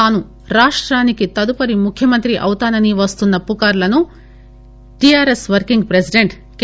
తాను రాష్టానికి తదుపరి ముఖ్యమంత్రి అవుతానని వస్తున్న పుకార్లను టిఆర్ఎస్ వర్కింగ్ ప్రెసిడెంట్ కె